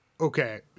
okay